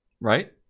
right